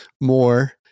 more